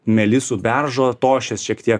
melisų beržo tošies šiek tiek